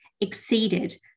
exceeded